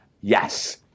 yes